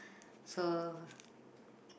so